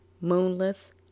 moonless